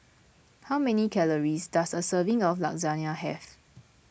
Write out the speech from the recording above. how many calories does a serving of Lasagna have